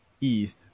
ETH